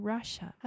Russia